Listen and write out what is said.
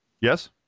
Yes